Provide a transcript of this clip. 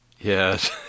Yes